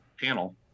panel